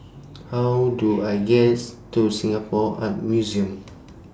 How Do I gets to Singapore Art Museum